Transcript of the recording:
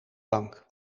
bank